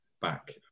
back